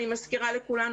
אני מזכירה לכולנו,